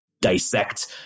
dissect